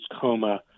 coma